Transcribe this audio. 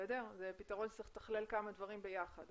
זה פתרון שצריך לתכלל כמה דברים ביחד.